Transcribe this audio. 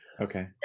okay